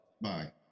Bye